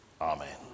Amen